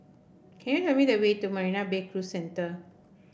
can you tell me the way to Marina Bay Cruise Centre